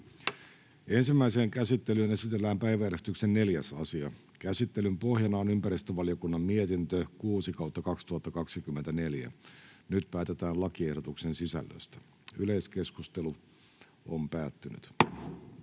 Ensimmäiseen käsittelyyn esitellään päiväjärjestyksen 3. asia. Käsittelyn pohjana on maa- ja metsätalousvaliokunnan mietintö MmVM 8/2024 vp. Nyt päätetään lakiehdotusten sisällöstä. — Edustaja Heinonen,